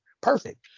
Perfect